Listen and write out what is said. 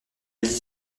dix